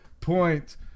Point